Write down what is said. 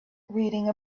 reading